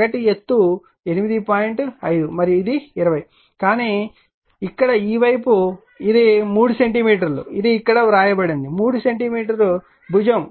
5 మరియు ఇది 20 కానీ ఇక్కడ ఈ వైపు ఇది 3 సెంటీమీటర్ ఇది ఇక్కడ వ్రాయబడింది 3 సెంటీమీటర్ భుజం